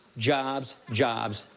jobs, jobs.